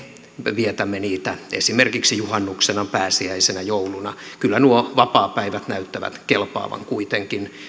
vietämme niitä esimerkiksi juhannuksena pääsiäisenä ja jouluna kyllä nuo vapaapäivät näyttävät kelpaavan kuitenkin ja